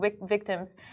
victims